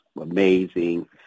amazing